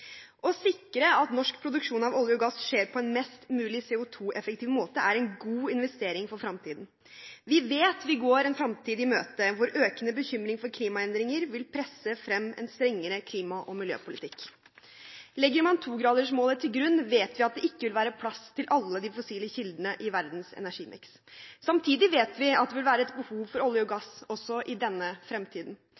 Å sikre at norsk produksjon av olje og gass skjer på en mest mulig CO2-effektiv måte er en god investering for fremtiden. Vi vet vi går en fremtid i møte hvor økende bekymring for klimaendringer vil presse frem en strengere klima- og miljøpolitikk. Legger man 2-gradersmålet til grunn, vet vi at det ikke vil være plass til alle de fossile kildene i verdens energimiks. Samtidig vet vi at det vil være et behov for olje og